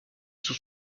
sous